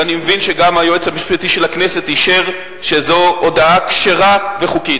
ואני מבין שגם היועץ המשפטי של הכנסת אישר שזו הודעה כשרה וחוקית.